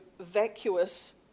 vacuous